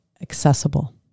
accessible